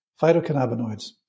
phytocannabinoids